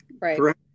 Right